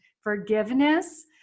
forgiveness